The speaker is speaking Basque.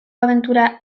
abentura